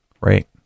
Right